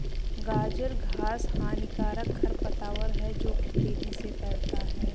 गाजर घास हानिकारक खरपतवार है जो तेजी से फैलता है